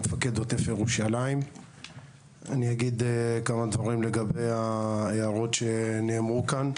מפקד עוטף ירושלים כמה דברים לגבי ההערות שנאמרו כאן.